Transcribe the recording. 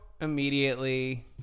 immediately